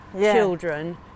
children